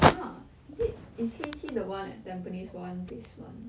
!huh! is it is HEYTEA the one at tampines one basement